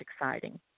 exciting